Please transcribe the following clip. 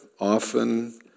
often